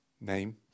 name